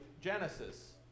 Genesis